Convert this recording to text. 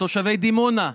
לתושבי דימונה,